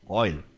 oil